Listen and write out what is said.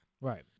Right